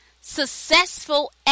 successful